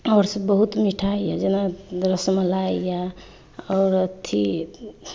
अओर सब बहुत मिठाइ यऽ जेना रसमलाइ यऽ और अथी